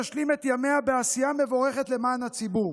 תשלים את ימיה בעשייה מבורכת למען הציבור.